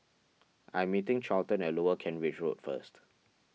I am meeting Charlton at Lower Kent Ridge Road first